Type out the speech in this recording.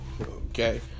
Okay